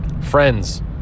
friends